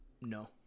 no